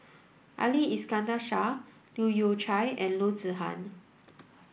Ali Iskandar Shah Leu Yew Chye and Loo Zihan